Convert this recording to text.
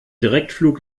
direktflug